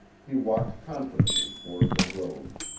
he walked confidently toward the road.